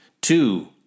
two